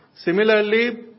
Similarly